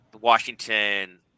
Washington